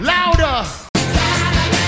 Louder